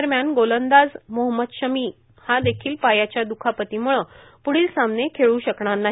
दरम्यान गोलंदाज मोहम्मद शमी देखील पायाच्या द्खापतीमुळं प्ढील सामने खेळ् शकणार नाही